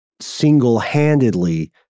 single-handedly